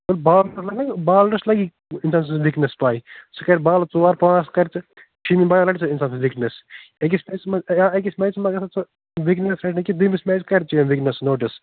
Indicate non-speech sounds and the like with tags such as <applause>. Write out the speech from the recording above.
بال <unintelligible> bowlers لگہِ نا انسان سٕنٛز ویٖکنٮ۪س پاے سُہ کرِ بالہٕ ژور پانٛژھ کرِ تہٕ ژوٗرمہِ بالہِ رَٹہِ سُہ انسان سٕنٛز ویٖکنٮ۪س أکِس میچیس منٛز اگر أکِس میچیس منٛز اگر نہٕ سُہ ویٖکنٮ۪س رٹہِ نہٕ کیٚہنہ دۄیمِس میچَس منٛز کَرِ چیٲنۍ ویٖکنٮ۪س نوٹِس